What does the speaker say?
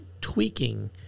tweaking